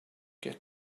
get